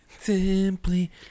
Simply